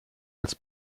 als